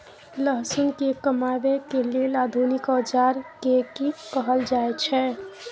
लहसुन के कमाबै के लेल आधुनिक औजार के कि कहल जाय छै?